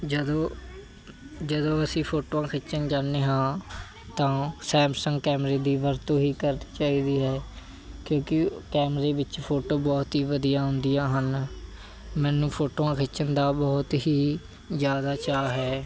ਜਦੋਂ ਜਦੋਂ ਅਸੀਂ ਫੋਟੋਆਂ ਖਿੱਚਣ ਜਾਂਦੇ ਹਾਂ ਤਾਂ ਸੈਮਸੰਗ ਕੈਮਰੇ ਦੀ ਵਰਤੋਂ ਹੀ ਕਰਨੀ ਚਾਹੀਦੀ ਹੈ ਕਿਉਂਕਿ ਕੈਮਰੇ ਵਿੱਚ ਫੋਟੋ ਬਹੁਤ ਹੀ ਵਧੀਆ ਆਉਂਦੀਆਂ ਹਨ ਮੈਨੂੰ ਫੋਟੋਆਂ ਖਿੱਚਣ ਦਾ ਬਹੁਤ ਹੀ ਜ਼ਿਆਦਾ ਚਾਅ ਹੈ